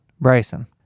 Bryson